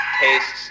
tastes